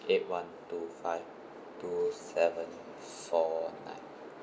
eight one two five two seven four nine